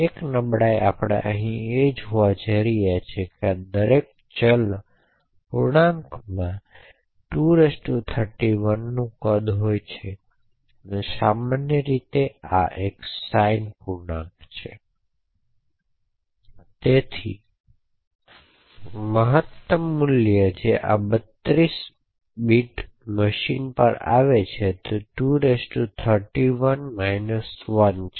એક નબળાઈ કે આપણે અહીં જોવા જઈ રહ્યા છીએ તે છે કે આ દરેક ચલો પૂર્ણાંકમાં 2 31 નું કદ હોય છે તેથી સામાન્ય રીતે આ એક સાઇન પૂર્ણાંક છે જેથી મહત્તમ મૂલ્ય કે જે આ 32 પ બીટ મશીન પર આવી શકે તે 2 31 1 છે